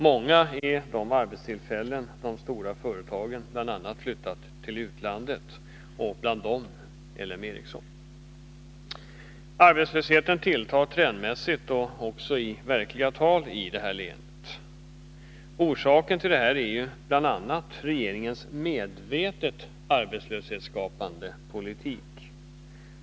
Många är de arbetstillfällen som de stora företagen, däribland L M Ericsson, flyttat till utlandet. Arbetslösheten i detta län tilltar trendmässigt och i verkliga tal. Orsaken till detta är bl.a. regeringens medvetet arbetslöshetsskapande politik.